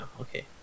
Okay